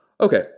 Okay